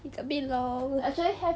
it's a bit long